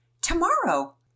Tomorrow